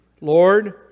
Lord